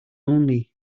only